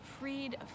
freed